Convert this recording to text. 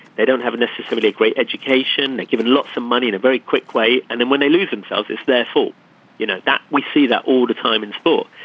they don't have necessarily a great education they're given lots of money and a very quick way. and then when they lose themselves it's their fault you know that we see that all the time in sport.